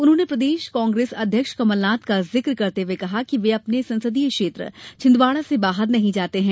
उन्होंने प्रदेश कांग्रेस अध्यक्ष कमलनाथ का जिक्र करते हुए कहा कि वे अपने संसदीय क्षेत्र छिंदवाड़ा से बाहर नहीं जाते हैं